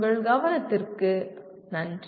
உங்கள் கவனத்திற்கு நன்றி